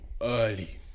early